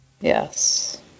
Yes